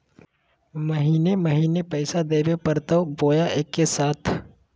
महीने महीने पैसा देवे परते बोया एके साथ?